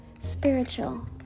Spiritual